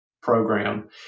program